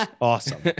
awesome